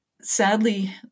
Sadly